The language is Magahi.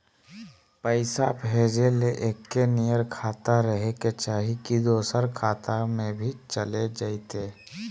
पैसा भेजे ले एके नियर खाता रहे के चाही की दोसर खाता में भी चलेगा जयते?